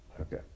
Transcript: Okay